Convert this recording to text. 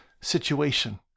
situation